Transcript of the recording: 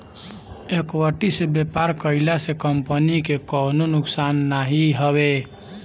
equity से व्यापार कईला से कंपनी के कवनो नुकसान नाइ हवे